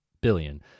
billion